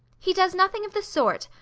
he does nothing of the sort!